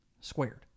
squared